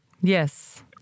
Yes